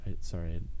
Sorry